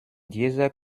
dieser